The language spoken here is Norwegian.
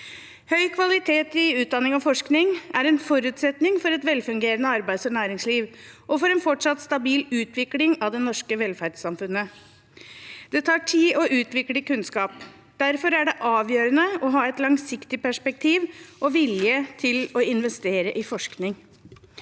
Høy kvalitet i utdanning og forskning er en forutsetning for et velfungerende arbeids- og næringsliv og en fortsatt stabil utvikling av det norske velferdssamfunnet. Det tar tid å utvikle kunnskap. Derfor er det avgjørende å ha et langsiktig perspektiv og vilje til å investere i forskning.